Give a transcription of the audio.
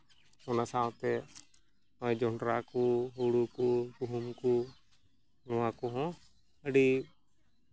ᱚᱱᱟ ᱥᱟᱶᱛᱮ ᱱᱚᱜᱼᱚᱸᱭ ᱡᱚᱱᱰᱨᱟ ᱠᱚ ᱦᱳᱲᱳ ᱠᱚ ᱜᱩᱦᱩᱢ ᱠᱚ ᱱᱚᱣᱟ ᱠᱚᱦᱚᱸ ᱟᱹᱰᱤ